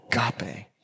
Agape